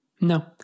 No